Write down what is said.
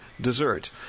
dessert